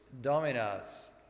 Dominus